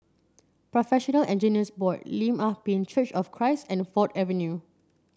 Professional Engineers Board Lim Ah Pin Church of Christ and Ford Avenue